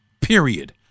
period